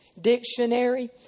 dictionary